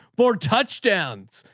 bore touchdowns,